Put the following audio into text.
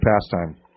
pastime